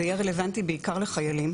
זה יהיה רלוונטי בעיקר לחיילים,